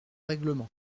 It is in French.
règlement